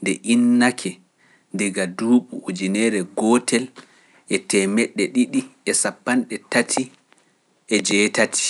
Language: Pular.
nde innake daga duuɓi ujunere gootel e teemeɗɗe ɗiɗi e sappanɗe tati e jeetati.